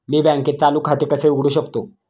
मी बँकेत चालू खाते कसे उघडू शकतो?